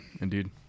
indeed